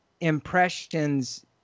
impressions